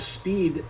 speed